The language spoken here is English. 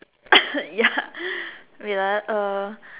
ya wait ah uh